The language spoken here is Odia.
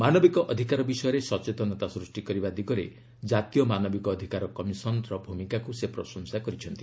ମାନବିକ ଅଧିକାର ବିଷୟରେ ସଚେତନତା ସୃଷ୍ଟି କରିବା ଦିଗରେ ଜାତୀୟ ମାନବିକ ଅଧିକାର କମିଶନ ର ଭୂମିକାକୁ ସେ ପ୍ରଶଂସା କରିଛନ୍ତି